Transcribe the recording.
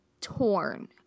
torn